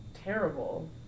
terrible